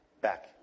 back